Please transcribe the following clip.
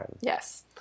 Yes